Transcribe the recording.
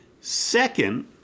Second